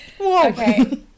Okay